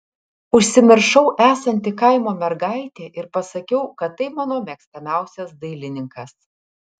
užsimiršau esanti kaimo mergaitė ir pasakiau kad tai mano mėgstamiausias dailininkas